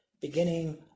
Beginning